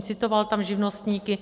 Citoval tam živnostníky.